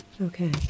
Okay